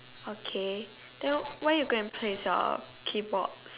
okay then why you go and play song K-pop